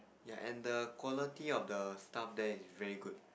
ya and the quality of the stuff there is very good